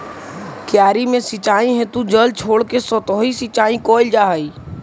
क्यारी में सिंचाई हेतु जल छोड़के सतही सिंचाई कैल जा हइ